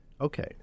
Okay